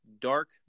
dark